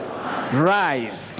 rise